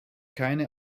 keine